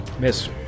Miss